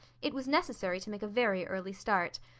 it was necessary to make a very early start.